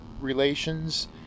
relations